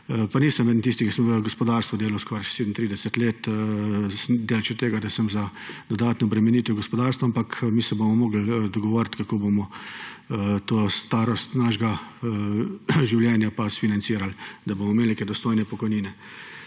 sem v gospodarstvu delal skoraj 37 let, daleč od tega, da sem za dodatne obremenitve v gospodarstvu, ampak mi se bomo mogli dogovoriti, kako bomo to starost našega življenja sfinancirali, da bomo imeli neke dostojne pokojnine.